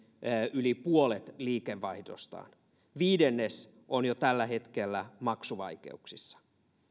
yli puolet liikevaihdostaan viidennes on jo tällä hetkellä maksuvaikeuksissa